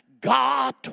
God